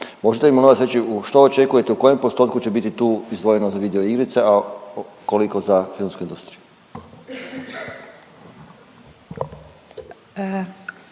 Možete mi molim vas reći, što očekujete u kojem postotku će biti tu izdvojeno za video igrice, a koliko za filmsku industriju.